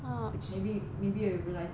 maybe maybe you realize it so